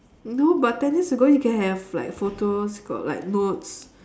no but ten years ago you can have like photos got like notes